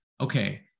okay